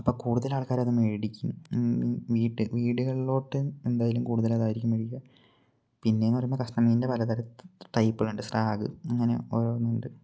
അപ്പോള് കൂടുതല് ആള്ക്കാരത് മേടിക്കും വീടുകളിലേക്കും എന്തായാലും കൂടുതല് അതായിരിക്കും മേടിക്കുക പിന്നെയെന്ന് പറയുമ്പോള് കഷ്ണമ്മീനിന്റെ പലതരം ടൈപ്പുകളുണ്ട് സ്രാവ് അങ്ങനെ ഓരോന്നുണ്ട്